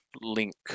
link